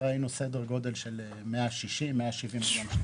היינו סדר גודל של 170-160 מיליון שקלים.